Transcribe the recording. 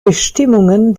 bestimmungen